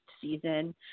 season